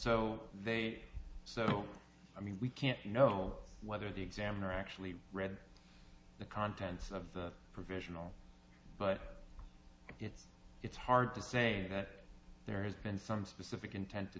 so they so i mean we can't know whether the examiner actually read the contents of the provisional but it's hard to say that there has been some specific intent to